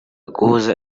guhuza